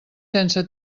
sense